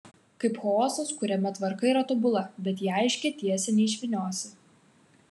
kaip chaosas kuriame tvarka yra tobula bet į aiškią tiesę neišvyniosi